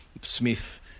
Smith